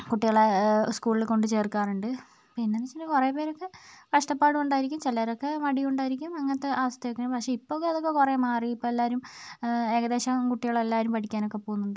കുട്ടികളെ സ്കൂളിൽ കൊണ്ടു ചേർക്കാറുണ്ട് പിന്നെ എന്ന് വെച്ചിട്ടുണ്ടെങ്കിൽ കുറേ പേരൊക്കെ കഷ്ടപ്പാട് കൊണ്ടായിരിക്കും ചിലരൊക്കെ മടി കൊണ്ടായിരിക്കും അങ്ങനത്തെ അവസ്ഥയൊക്കെ പക്ഷേ ഇപ്പം ഒക്കെ അതൊക്കെ കുറേ മാറി ഇപ്പം എല്ലാവരും ഏകദേശം കുട്ടികൾ എല്ലാവരും പഠിക്കാനൊക്കെ പോകുന്നുണ്ട്